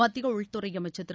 மத்திய உள்துறை அமைச்சர் திரு